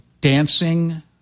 dancing